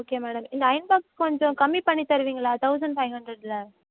okay madam இந்த iron box கொஞ்சம் கம்மி பண்ணி தருவீங்களா தவுசண்ட் ஃபைவ் ஹண்ட்ரேட்டில்